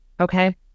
Okay